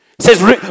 Says